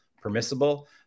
permissible